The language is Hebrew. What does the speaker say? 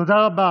תודה רבה